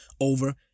over